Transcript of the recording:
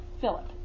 Philip